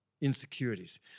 insecurities